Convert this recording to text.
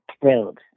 thrilled